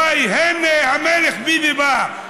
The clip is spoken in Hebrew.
וואי, הינה המלך ביבי בא.